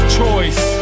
choice